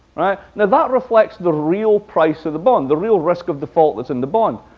now, that reflects the real price of the bond, the real risk of default that's in the bond.